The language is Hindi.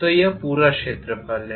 तो यह पूरा क्षेत्रफल है